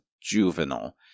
juvenile